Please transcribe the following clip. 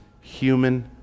human